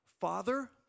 Father